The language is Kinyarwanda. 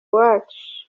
watch